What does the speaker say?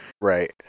right